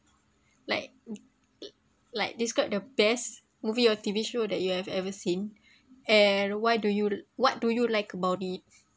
like like describe the best movie or T_V show that you have ever seen and why do you what do you like about it